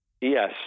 Yes